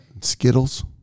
Skittles